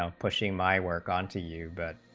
um pushing my work on to you but